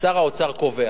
שר האוצר קובע.